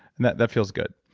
and that that feels good.